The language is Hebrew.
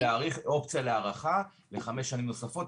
יש אופציה להארכה לחמש שנים נוספות,